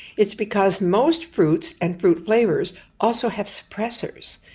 it's because most fruits and fruit flavours also have suppressors.